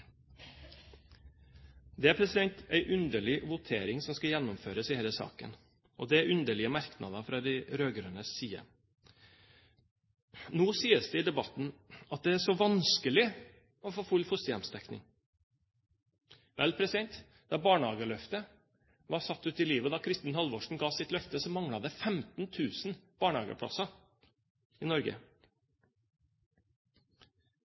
Det er en underlig votering som skal gjennomføres i denne saken, og det er underlige merknader fra de rød-grønnes side. Nå sies det i debatten at det er så vanskelig å få full fosterhjemsdekning. Vel, da barnehageløftet ble satt ut i livet, da Kristin Halvorsen ga sitt løfte, manglet det 15 000 barnehageplasser i Norge.